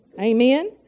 Amen